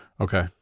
okay